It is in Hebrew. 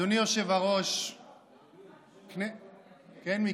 אדוני היושב-ראש, כן, מיקי?